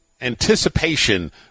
anticipation